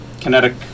kinetic